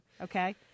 Okay